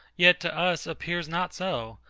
yet to us appears not so,